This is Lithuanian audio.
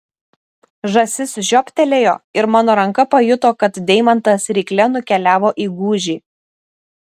žąsis žioptelėjo ir mano ranka pajuto kad deimantas rykle nukeliavo į gūžį